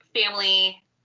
family